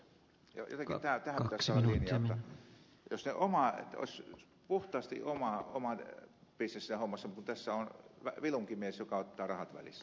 jotenkin tähän pitäisi saada linja jotta olisi puhtaasti oma bisnes siinä hommassa mutta kun tässä on vilunkimies joka ottaa rahat välistä